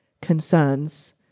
concerns